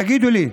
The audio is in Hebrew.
תגידו לי,